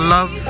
Love